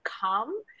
come